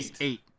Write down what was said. eight